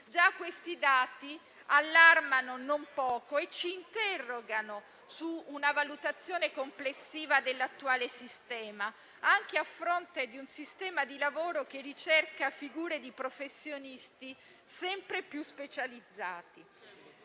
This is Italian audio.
Già questi dati allarmano non poco e ci interrogano su una valutazione complessiva dell'attuale sistema, anche a fronte di un sistema di lavoro che ricerca figure di professionisti sempre più specializzati.